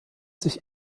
sich